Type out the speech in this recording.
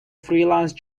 freelance